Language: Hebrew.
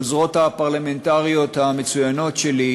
העוזרות הפרלמנטריות המצוינות שלי,